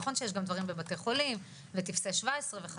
נכון שיש גם דברים בבתי חולים וטפסי 17 וכדומה,